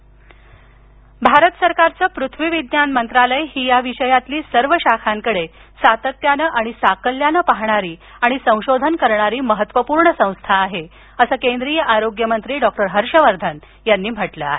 वर्धापन दिन पृथ्वी विज्ञान मंत्रालय ही या विषयातील सर्व शाखांकडे सातत्यानं आणि साकल्यानं पाहणारी महत्त्वपूर्ण संस्था आहे असं केंद्रीय आरोग्य मंत्री डॉक्टर हर्षवर्धन यांनी म्हटलं आहे